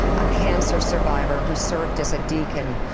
a cancer survivor who served as a deacon.